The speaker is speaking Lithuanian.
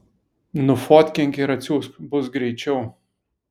nufotkink ir atsiųsk bus greičiau